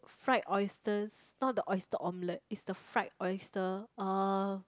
fried oysters not the oyster omelette is the fried oyster uh